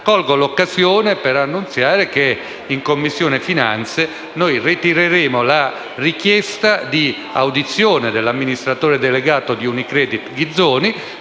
Colgo l'occasione per annunziare che in Commissione finanze noi reitereremo la richiesta di audizione dell'amministratore delegato di Unicredit Ghizzoni